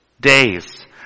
days